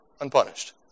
unpunished